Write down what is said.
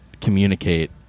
communicate